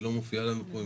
היא לא מופיעה לנו פה.